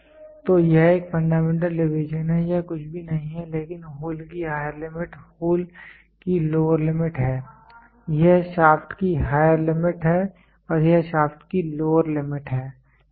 तो यह एक फंडामेंटल डेविएशन है यह कुछ भी नहीं है लेकिन होल की हायर लिमिट होल की लोअर लिमिट है यह शाफ्ट की हायर लिमिट है और यह शाफ्ट की लोअर लिमिट है ठीक है